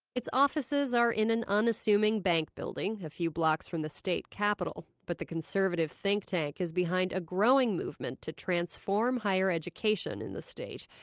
its offices are in an unassuming bank building a few blocks from the state capitol. but the conservative think-tank is behind a growing movement to transform higher education in the state.